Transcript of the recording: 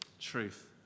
truth